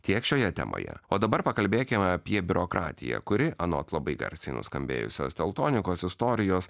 tiek šioje temoje o dabar pakalbėkime apie biurokratiją kuri anot labai garsiai nuskambėjusios teltonikos istorijos